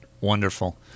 Wonderful